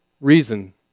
reason